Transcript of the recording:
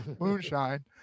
moonshine